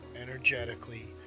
energetically